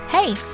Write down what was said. Hey